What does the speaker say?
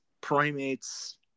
primates